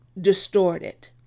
distorted